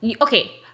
Okay